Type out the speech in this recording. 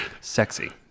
Sexy